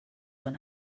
one